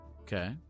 Okay